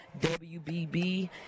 WBB